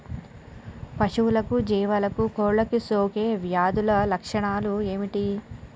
పశువులకు జీవాలకు కోళ్ళకు సోకే వ్యాధుల లక్షణాలు ఏమిటి?